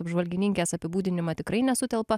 apžvalgininkės apibūdinimą tikrai nesutelpa